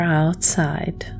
outside